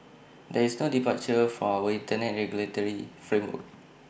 there is no departure from our Internet regulatory framework